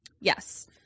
Yes